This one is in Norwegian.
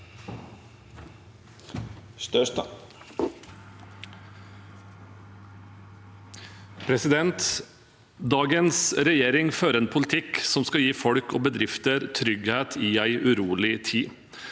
Dagens regjering fører en politikk som skal gi folk og bedrifter trygghet i en urolig tid.